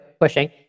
pushing